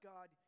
God